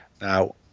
now